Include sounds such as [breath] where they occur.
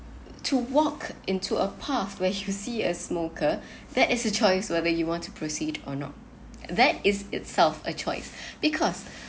to walk into a path when you see a smoker that is a choice whether you want to proceed or not that is itself a choice [breath] because